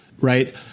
right